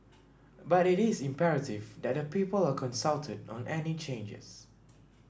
but it is imperative that the people are consulted on any changes